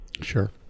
Sure